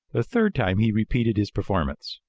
a third time he repeated his performance.